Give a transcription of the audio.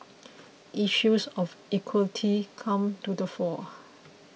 issues of equity come to the fore